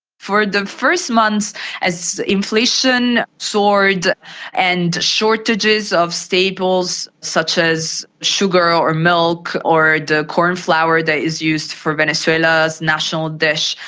for the first months as inflation soared and shortages of staples such as sugar or milk or the cornflour that is used for venezuela's national dish,